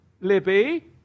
Libby